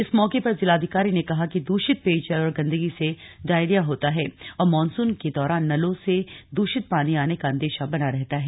इस मौके पर जिलाधिकारी ने कहा कि दूषित पेयजल और गंदगी से डायरिया होता है और मानसून के दौरान नलों से दूषित पानी का अंदेशा बना रहता है